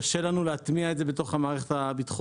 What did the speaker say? קשה לנו להטמיע את זה בתוך המערכת הביטחונית.